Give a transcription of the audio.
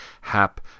Hap